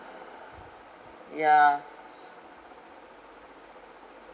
yeah